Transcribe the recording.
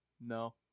No